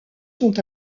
sont